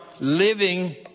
living